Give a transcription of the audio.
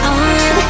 on